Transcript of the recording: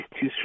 two